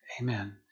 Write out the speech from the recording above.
Amen